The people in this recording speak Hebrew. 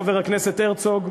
חבר הכנסת הרצוג,